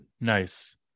nice